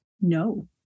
no